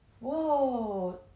whoa